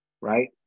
right